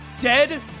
dead